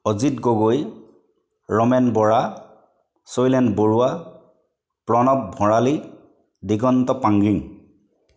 Ajit Gogoi Ramen Bora Sailen Baruah Pranab Bharali Diganta Pangging